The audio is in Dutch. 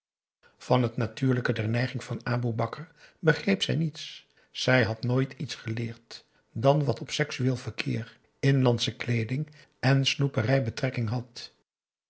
van het natuurlijke der neiging van aboe bakar begreep zij niets zij had nooit iets geleerd dan wat op sexueel verkeer inlandsche kleeding en snoeperij betrekking had